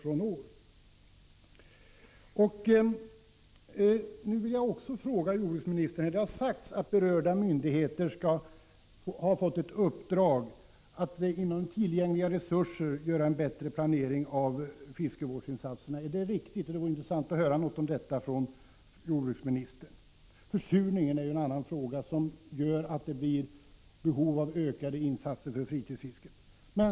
Jag vill ställa ytterligare en fråga till jordbruksministern. Det har sagts att berörda myndigheter har fått i uppdrag att inom ramen för tillgängliga resurser genomföra en bättre planering av fiskevårdsinsatserna. Det vore intressant att från jordbruksministern få höra om detta är riktigt. Bl.a. medför utvecklingen vad gäller försurningen behov av ökade insatser för fritidsfisket.